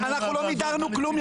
לא מידרנו כלום.